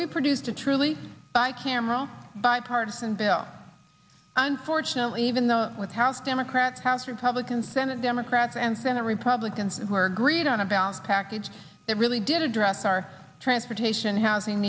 we produced a truly cameral bipartisan bill unfortunately even though with house democrats house republicans senate democrats and senate republicans were greed on a balanced package that really did address our transportation housing